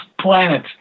planet